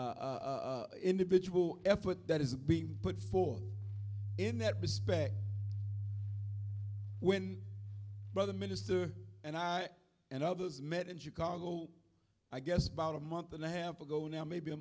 every individual effort that is being put forth in that respect when the minister and i and others met in chicago i guess about a month and a half ago now maybe a